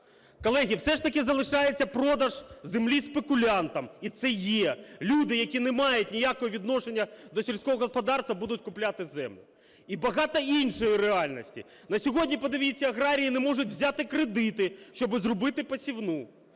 Колеги, все ж таки залишається продаж землі спекулянтам, і це є. Люди, які не мають ніякого відношення до сільського господарства, будуть купувати землю. І багато іншої реальності. На сьогодні, подивіться, аграрії не можуть взяти кредити, щоб зробити посівну.